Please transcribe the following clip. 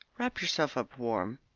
wrap yourself up warm,